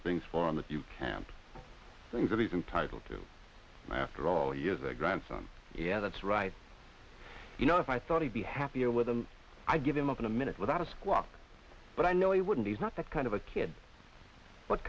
things for the few camp things that he's entitled to after all years a grandson yeah that's right you know if i thought he'd be happier with them i'd give him up in a minute without a squawk but i know he wouldn't he's not that kind of a kid what